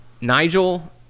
Nigel